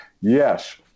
yes